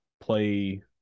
play